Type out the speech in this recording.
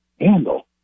handle